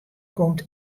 komt